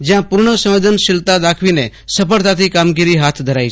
જ્યાં પૂર્ણ સંવેદનશીલતા દાખવીને સફળતાથી કામગીરી હાથ ધરાઇ છે